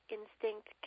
instinct